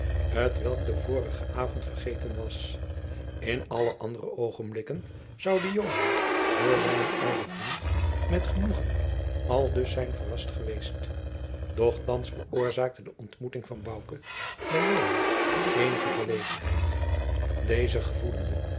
t welk den vorigen avond vergeten was in alle andere oogenblikken zoude joan door zijnen ouden vriend met genoegen aldus zijn verrast geweest doch thands veroorzaakte de ontmoeting van bouke bij joan eenige verlegenheid deze gevoelde